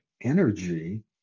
energy